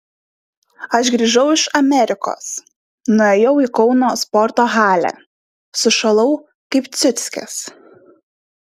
aš grįžau iš amerikos nuėjau į kauno sporto halę sušalau kaip ciuckis